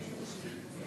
חברים,